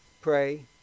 pray